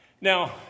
Now